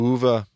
Uva